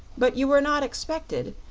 but you were not expected,